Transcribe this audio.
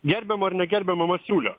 gerbiamo ar negerbiamo masiulio